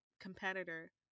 competitor